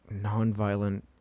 nonviolent